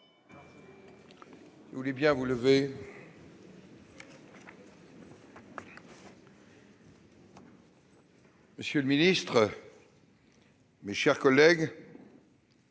monsieur le ministre, mes chers collègues,